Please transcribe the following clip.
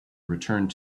returned